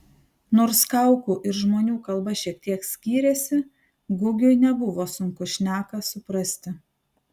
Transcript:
nors kaukų ir žmonių kalba šiek tiek skyrėsi gugiui nebuvo sunku šneką suprasti